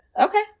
Okay